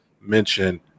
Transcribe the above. mention